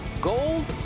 gold